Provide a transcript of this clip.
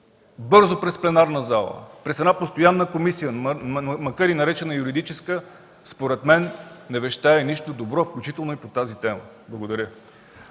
бързо през пленарната зала, през една постоянна комисия, макар и наречена „юридическа”, според мен не вещае нищо добро, включително и по тази тема. Благодаря.